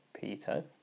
Peter